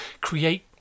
create